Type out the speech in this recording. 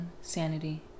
sanity